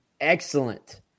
excellent